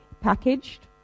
packaged